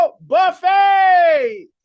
buffet